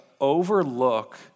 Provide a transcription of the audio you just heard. overlook